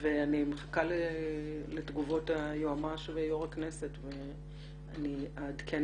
ואני מחכה לתגובות היועמ"ש ויו"ר הכנסת ואני אעדכן